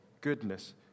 goodness